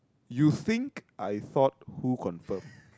you think I thought who confirm